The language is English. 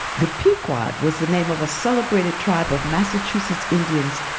the pequot was the name of a celebrated tribe of massachusetts indians,